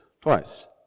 twice